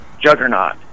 juggernaut